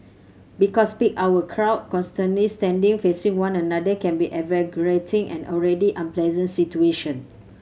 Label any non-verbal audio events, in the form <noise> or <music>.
because peak hour crowd constantly standing facing one another can be <unintelligible> an already unpleasant situation